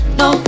no